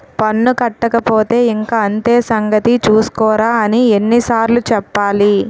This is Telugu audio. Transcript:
పన్ను కట్టకపోతే ఇంక అంతే సంగతి చూస్కోరా అని ఎన్ని సార్లు చెప్పాలి